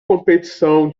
competição